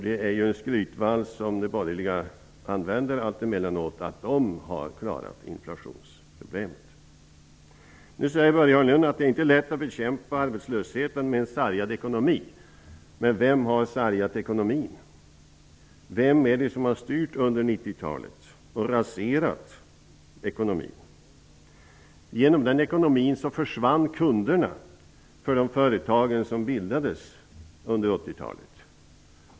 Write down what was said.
De borgerliga använder allt emellanåt den skrytvals som säger att de har klarat inflationsproblemet. Nu säger Börje Hörnlund att det inte är lätt att bekämpa arbetslösheten med en sargad ekonomi. Men vem har sargat ekonomin? Vem är det som har styrt under 90-talet och raserat ekonomin? Till följd av den ekonomin försvann kunderna för de företag som bildades under 80-talet.